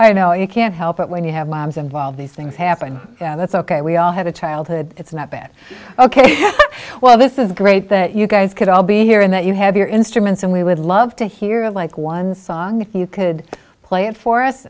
i know you can't help but when you have mobs involved these things happen and that's ok we all have a childhood it's not bad ok well this is great that you guys could all be here and that you have your instruments and we would love to hear like one song if you could play it for us